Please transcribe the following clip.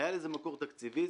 היה לזה מקור תקציבי,